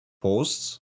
posts